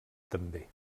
també